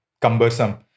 cumbersome